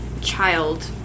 child